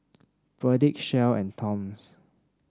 Perdix Shell and Toms